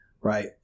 right